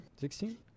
Sixteen